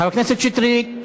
חבר הכנסת שטרית,